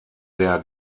der